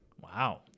wow